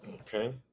Okay